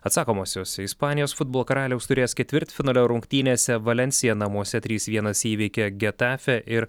atsakomosiose ispanijos futbolo karaliaus taurės ketvirtfinalio rungtynėse valensija namuose trys vienas įveikė getafę ir